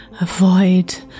Avoid